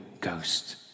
Ghost